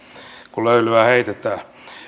kun löylyä heitetään